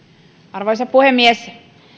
arvoisa puhemies